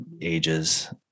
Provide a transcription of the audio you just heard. ages